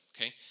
Okay